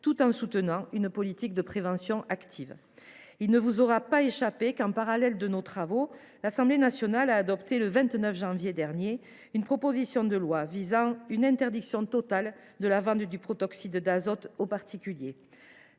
tout en soutenant une politique de prévention active. Il ne vous aura pas échappé, mes chers collègues, que, en parallèle de nos travaux, l’Assemblée nationale a adopté, le 29 janvier dernier, une proposition de loi visant à interdire totalement la vente du protoxyde d’azote aux particuliers.